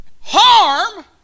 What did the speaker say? Harm